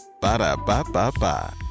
Ba-da-ba-ba-ba